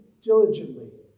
diligently